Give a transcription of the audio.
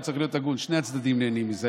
פה צריך להיות הגונים: שני הצדדים נהנים מזה,